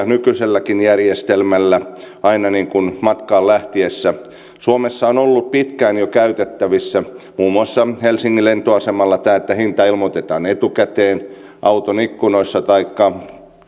nykyiselläkin järjestelmällä aina matkaan lähtiessä suomessa on ollut jo pitkään käytettävissä muun muassa helsingin lentoasemalla tämä että hinta ilmoitetaan etukäteen auton ikkunoissa taikka